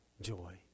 joy